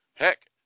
Heck